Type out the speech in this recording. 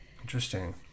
Interesting